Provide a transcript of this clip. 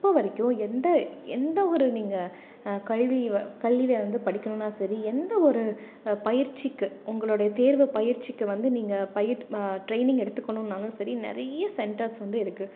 இப்போ வரைக்கும் எந்த எந்தவொரு நீங்கள் கல்வி வ கல்வியை வந்து படிக்கணுன்னா சரி எந்த ஒரு பயிற்சிக்கு உங்களுடைய தேர்வு பயிற்சிக்கு வந்து நீங்கள் பயிற் ட்ரைனிங் எடுத்துக்கணுனாலும் சரி நிறைய சென்டர்ஸ் வந்து இருக்கு